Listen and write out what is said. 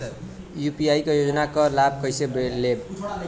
UP क योजना क लाभ कइसे लेब?